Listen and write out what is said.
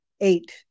eight